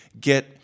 get